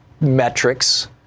metrics